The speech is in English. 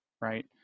right